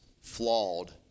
flawed